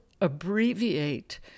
abbreviate